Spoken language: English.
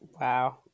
Wow